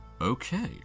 Okay